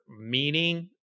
meaning